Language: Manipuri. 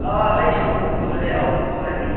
ꯑꯥ ꯑꯩ ꯁꯪꯒꯣꯝ ꯌꯣꯜꯂꯦ ꯑꯧ ꯃꯥꯅꯦ